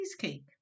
cheesecake